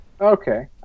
Okay